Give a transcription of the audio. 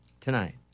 tonight